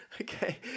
Okay